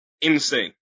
insane